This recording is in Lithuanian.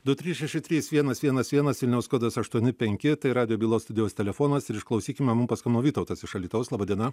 du trys šeši trys vienas vienas vienas vilniaus kodas aštuoni penki tai radijo bylos studijos telefonas ir išklausykime mum paskambino vytautas iš alytaus laba diena